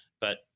but-